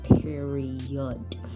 period